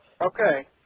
Okay